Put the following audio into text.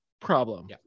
problem